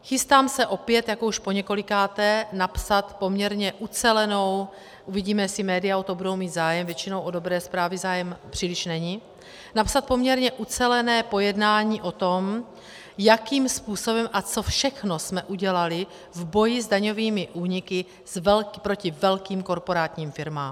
Chystám se opět jako už poněkolikáté napsat poměrně ucelenou uvidíme, jestli média o to budou mít zájem, většinou o dobré zprávy příliš není napsat poměrně ucelené pojednání o tom, jakým způsobem a co všechno jsme udělali v boji s daňovými úniky proti velkým korporátním firmám.